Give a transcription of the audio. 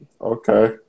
Okay